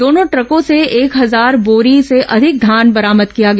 दोनों द्रकों से एक हजार बोरी से अधिक धान बरामद किया गया